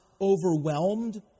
overwhelmed